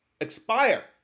expire